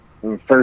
first